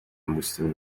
moesten